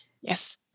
Yes